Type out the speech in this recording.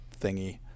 thingy